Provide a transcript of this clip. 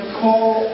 call